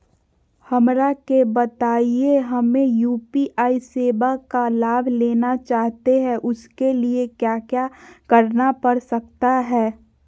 हमरा के बताइए हमें यू.पी.आई सेवा का लाभ लेना चाहते हैं उसके लिए क्या क्या करना पड़ सकता है?